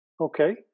Okay